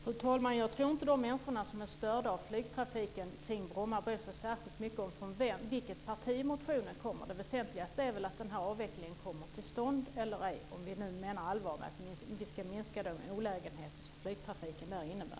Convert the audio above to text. Fru talman! Jag tror inte att de människor som störs av flygtrafiken kring Bromma bryr sig särskilt mycket om från vilket parti motionen kommer. Det väsentligaste är väl om avvecklingen kommer till stånd eller ej - om vi nu menar allvar med att vi ska minska de olägenheter som flygtrafiken där innebär.